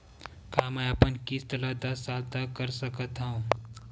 का मैं अपन किस्त ला दस साल तक कर सकत हव?